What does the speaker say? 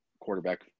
quarterback